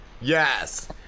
Yes